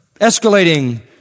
escalating